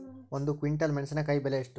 ಒಂದು ಕ್ವಿಂಟಾಲ್ ಮೆಣಸಿನಕಾಯಿ ಬೆಲೆ ಎಷ್ಟು?